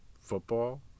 football